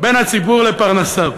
בין הציבור לפרנסיו.